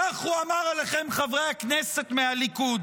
כך הוא אמר עליכם, חברי הכנסת מהליכוד: